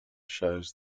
shows